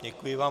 Děkuji vám.